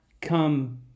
come